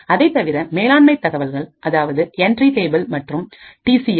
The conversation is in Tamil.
அதைத் தவிர மேலாண்மைதகவல்கள் அதாவது என்றி டேபிள் மற்றும் டிசிஎஸ்